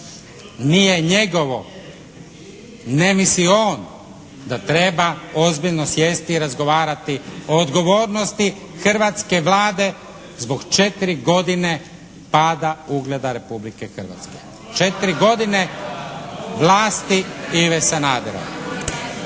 nije njegovo, ne misli on da treba ozbiljni sjesti i razgovarati o odgovornosti hrvatske Vlade zbog 4 godine pada ugleda Republike Hrvatske. 4 godine vlasti Ive Sanadera.